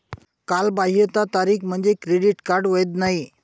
कालबाह्यता तारीख म्हणजे क्रेडिट कार्ड वैध नाही